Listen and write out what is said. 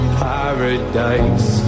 paradise